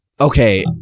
Okay